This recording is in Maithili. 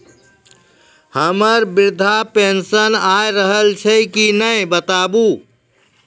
हमर वृद्धा पेंशन आय रहल छै कि नैय बताबू?